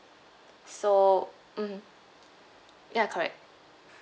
so mmhmm ya correct